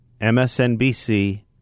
MSNBC